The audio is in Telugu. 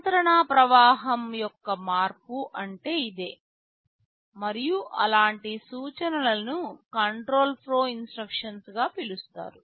నియంత్రణ ప్రవాహం యొక్క మార్పు అంటే ఇదే మరియు అలాంటి సూచనలను కంట్రోల్ ఫ్లో ఇన్స్ట్రక్షన్స్గా పిలుస్తారు